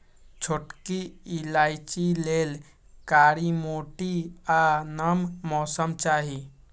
छोटकि इलाइचि लेल कारी माटि आ नम मौसम चाहि